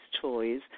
toys